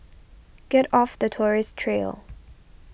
get off the tourist trail